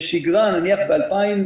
בשגרה נניח ב-2019,